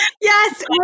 yes